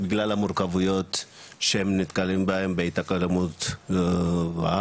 בגלל המורכבויות שהם נתקלים בהם בהתאקלמות בארץ,